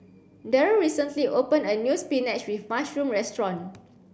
Darryl recently opened a new spinach with mushroom restaurant